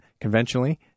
conventionally